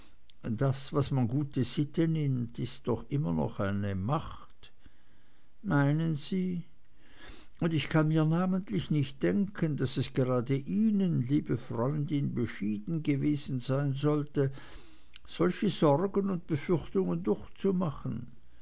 das was man gute sitte nennt ist doch immer noch eine macht meinen sie und ich kann mir namentlich nicht denken daß es gerade ihnen liebe freundin beschieden gewesen sein solle solche sorgen und befürchtungen durchzumachen